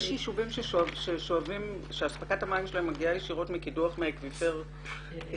יש ישובים שאספקת המים שלהם מגיעה ישירות מקידוח מאקוויפר אצלם?